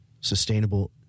sustainable